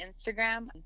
Instagram